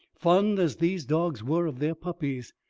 fond as these dogs were of their puppies,